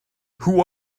who